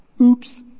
Oops